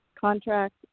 contract